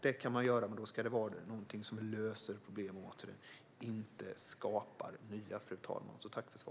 Det kan man göra, men återigen: Då ska det vara något som löser problemen, inte skapar nya.